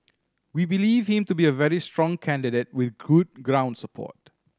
we believe him to be a very strong candidate with good ground support